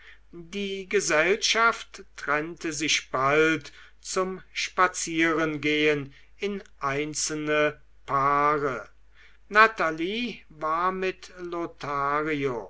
die gesellschaft trennte sich bald zum spazierengehen in einzelne paare natalie war mit lothario